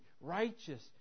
righteous